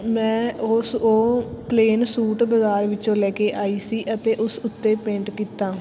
ਮੈਂ ਉਸ ਉਹ ਪਲੇਨ ਸੂਟ ਬਾਜ਼ਾਰ ਵਿੱਚੋਂ ਲੈ ਕੇ ਆਈ ਸੀ ਅਤੇ ਉਸ ਉੱਤੇ ਪੇਂਟ ਕੀਤਾ